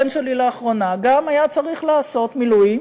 הבן שלי לאחרונה גם היה צריך לעשות מילואים